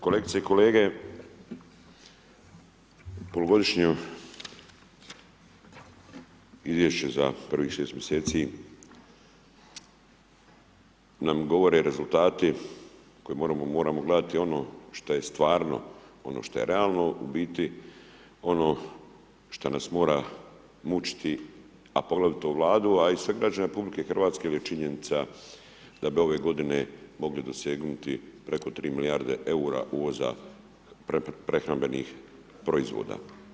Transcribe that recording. Kolegice i kolege, polugodišnju izvješće za prvih 6 mjeseci nam govore rezultati koji moramo gledati ono što je stvarno, ono što je realno, u biti ono šta nas mora mučiti, a poglavito Vladu, a i sve građane RH jer je činjenica da bi ove godine mogli dosegnuti preko 3 milijarde EUR-a uvoza prehrambenih proizvoda.